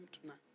tonight